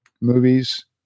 movies